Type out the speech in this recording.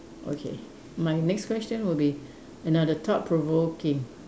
okay my next question would be another thought provoking